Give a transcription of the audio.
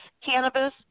cannabis